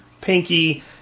pinky